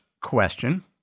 question